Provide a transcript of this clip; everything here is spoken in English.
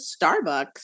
Starbucks